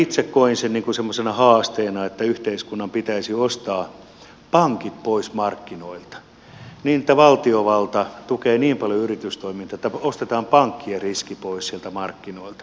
itse koen sen niin kuin semmoisena haasteena että yhteiskunnan pitäisi ostaa pankit pois markkinoilta että valtiovalta tukee niin paljon yritystoimintaa että ostetaan pankkien riski pois sieltä markkinoilta